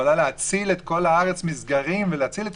אבל שיכולה להציל את כל הארץ מסגרים ולהציל את